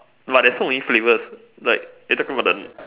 but there's so many flavours like are you talking about the